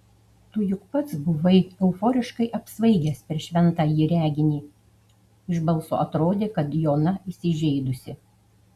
tu juk pats buvai euforiškai apsvaigęs per šventąjį reginį iš balso atrodė kad jona įsižeidusi